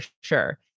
sure